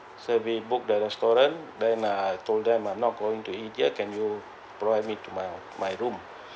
so I book the restaurant then I told them I'm not going to eat there can you provide it to my my room